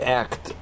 act